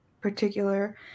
particular